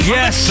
Yes